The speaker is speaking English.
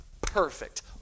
Perfect